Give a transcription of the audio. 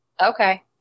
okay